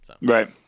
Right